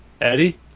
Eddie